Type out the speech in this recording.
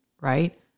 right